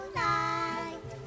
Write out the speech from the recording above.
light